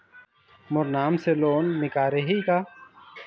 मोर नाम से लोन निकारिही का?